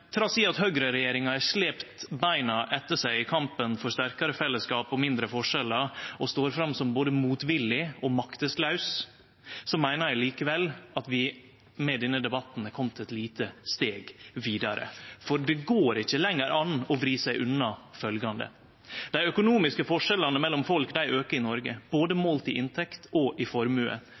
Trass i at høgreregjeringa har slept beina etter seg i kampen for sterkare fellesskap og mindre forskjellar, og står fram som både motvillig og makteslaus, meiner eg at vi med denne debatten har kome eit lite steg vidare. For det går ikkje lenger an å vri seg unna følgjande: Dei økonomiske forskjellane mellom folk aukar i Noreg, målte både i inntekt og i formue.